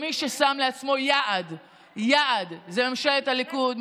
מי ששם לעצמו יעד זה ממשלת הליכוד,